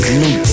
new